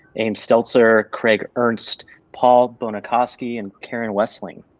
aim seltzer, craig ernst, paul bonakowski and karen wessling.